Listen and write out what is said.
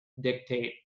dictate